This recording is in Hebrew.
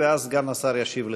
ואז סגן השר ישיב לכולם.